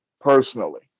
personally